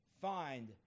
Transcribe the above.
find